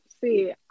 see